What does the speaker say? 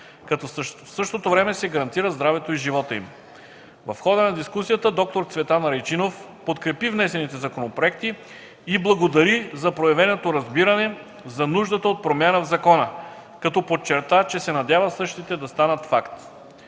като в същото време се гарантира здравето и живота им. В хода на дискусията д-р Цветан Райчинов подкрепи внесените законопроекти и благодари за проявеното разбиране за нуждата от промяна в закона, като подчерта, че се надява същите да станат факт.